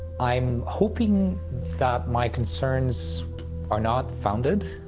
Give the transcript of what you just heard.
i'm hoping that my concerns are not founded,